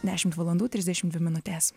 dešimt valandų trisdešimt dvi minutės